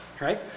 right